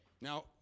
Now